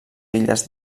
illes